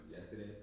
yesterday